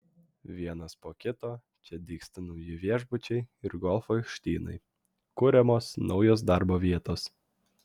vienas po kito čia dygsta nauji viešbučiai ir golfo aikštynai kuriamos naujos darbo vietos